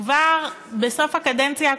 כבר בסוף הקדנציה הקודמת.